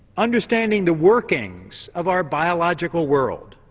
understanding the workings of our biological world,